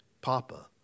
Papa